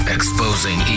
Exposing